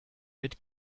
mit